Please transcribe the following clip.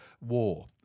war